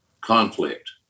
conflict